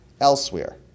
elsewhere